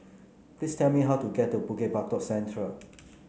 please tell me how to get to Bukit Batok Central